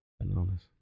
bananas